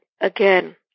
again